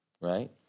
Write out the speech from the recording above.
right